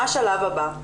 מה השלב הבא?